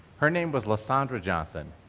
her name was lasandra johnson.